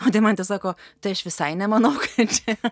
o deimantė sako tai aš visai nemanau kad čia